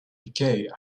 decay